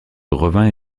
revient